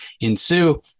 ensue